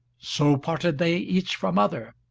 so parted they each from other.